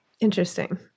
Interesting